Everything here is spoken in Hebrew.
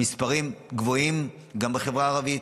המספרים גבוהים גם בחברה הערבית,